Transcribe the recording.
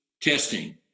testing